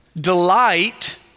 Delight